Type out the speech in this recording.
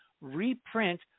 reprint